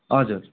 हजुर